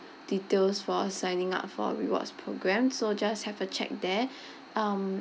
details for signing up for rewards programme so just have a check there um